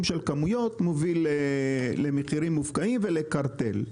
של הכמויות מוביל למחירים מופקעים ולקרטל,